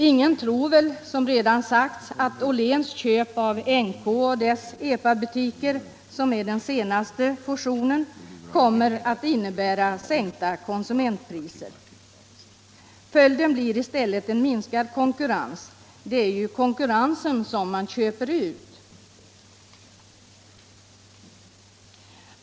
Ingen tror väl att Åhléns köp av NK-koncernen med dess Epabutiker, vilket är den senaste fusionen, kommer att innebära sänkta konsumentpriser. Följden blir i stället en minskad konkurrens — det är ju konkurrensen som köps ut.